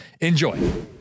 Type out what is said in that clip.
enjoy